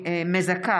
הסביבה),